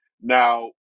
Now